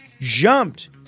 jumped